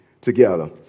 together